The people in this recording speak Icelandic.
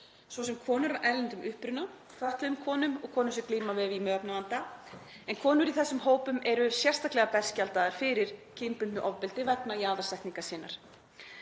svo sem konum af erlendum uppruna, fötluðum konum og konum sem glíma við vímuefnavanda. Konur í þessum hópum eru sérstaklega berskjaldaðar fyrir kynbundnu ofbeldi vegna jaðarsetningar sinnar.